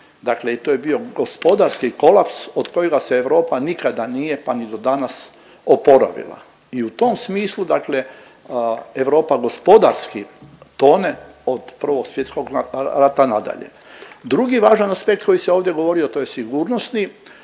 dakle i to je bio gospodarski kolaps od kojega se Europa nikada nije pa ni do danas oporavila. I u tom smislu Europa gospodarski tone od Prvog svjetskog rata na dalje. Drugi važan aspekt koji se ovdje govorio to je sigurnosni